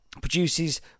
produces